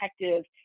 protective